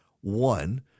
One